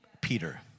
Peter